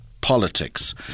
politics